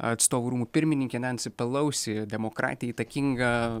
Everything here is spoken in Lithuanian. atstovų rūmų pirmininkė nanci palausi demokratė įtakinga